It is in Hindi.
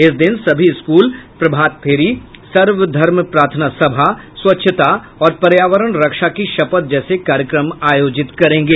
इस दिन सभी स्कूल प्रभात फेरी सर्वधर्म प्रार्थना सभा स्वच्छता और पर्यावरण रक्षा की शपथ जैसे कार्यक्रम आयोजित करेंगे